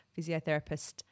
physiotherapist